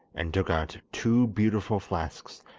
and took out two beautiful flasks,